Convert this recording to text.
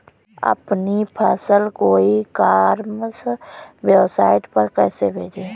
अपनी फसल को ई कॉमर्स वेबसाइट पर कैसे बेचें?